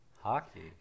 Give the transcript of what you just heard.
Hockey